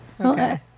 Okay